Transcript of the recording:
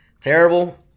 terrible